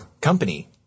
company